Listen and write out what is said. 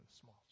small